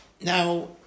Now